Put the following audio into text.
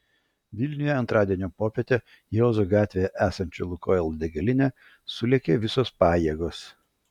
vilniuje antradienio popietę į ozo gatvėje esančią lukoil degalinę sulėkė visos pajėgos